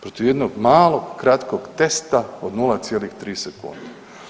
Protiv jednog malog kratkog testa od 0,3 sekunde.